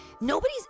nobody's